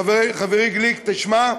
חברי גליק, תשמע,